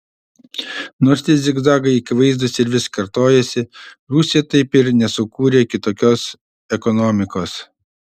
nors tie zigzagai akivaizdūs ir vis kartojasi rusija taip ir nesukūrė kitokios ekonomikos